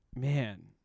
Man